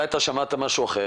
אולי אתה שמעת משהו אחר,